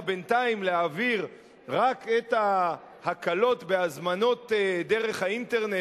בינתיים להעביר רק את ההקלות בהזמנות דרך האינטרנט,